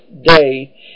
day